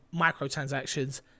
microtransactions